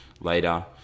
later